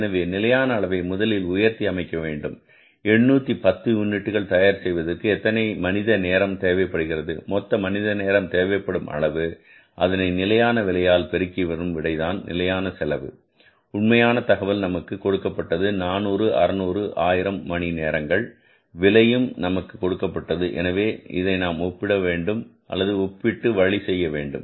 எனவே நிலையான அளவை முதலில் உயர்த்தி அமைக்க வேண்டும் 810 யூனிட்டுகள் தயார் செய்வதற்கு எத்தனை மனித நேரம் தேவைப்படுகிறது மொத்த மனித நேரம் தேவைப்படும் அளவு அதனை நிலையான விலையால் பெருக்கி வரும் விடைதான் நிலையான செலவு உண்மையான தகவல் நமக்கு கொடுக்கப்பட்டது 400 600 மற்றும் 1000 மணி நேரங்கள் விலையும் நமக்கு கொடுக்கப்பட்டது எனவே நாம் இதை ஒப்பிட வேண்டும் அல்லது ஒப்பிட வழி செய்ய வேண்டும்